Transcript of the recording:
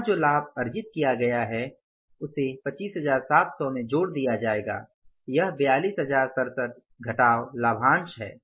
यहाँ जो लाभ अर्जित किया गया है उसे 25700 में जोड़ दिया जायेगा यह 42067 घटाव लाभांश है